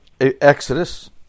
Exodus